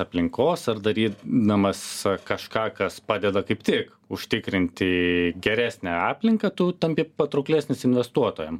aplinkos ar darydamas kažką kas padeda kaip tik užtikrinti geresnę aplinką tu tampi patrauklesnis investuotojam